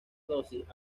dosis